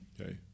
Okay